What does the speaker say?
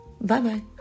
Bye-bye